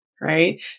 right